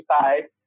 side